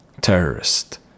Terrorist